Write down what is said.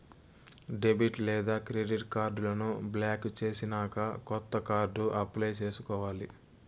debit లేదా credit కార్డులను block చేసినాక కొత్త కార్డు అప్లై చేసుకోవాలి